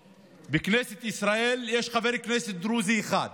בכנסת ישראל יש חבר כנסת דרוזי אחד,